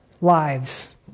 lives